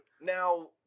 Now